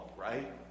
right